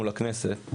מול הכנסת,